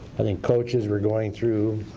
i think coaches were going through,